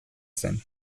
zen